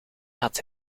had